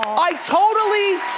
i totally.